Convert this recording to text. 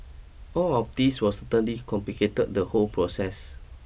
all of these will certainly complicated the whole process